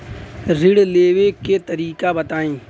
ऋण लेवे के तरीका बताई?